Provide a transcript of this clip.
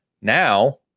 Now